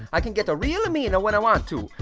i can get a real a mean a when i want to.